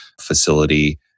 facility